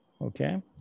okay